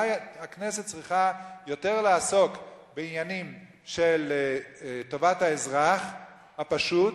אולי הכנסת צריכה לעסוק יותר בעניינים של טובת האזרח הפשוט,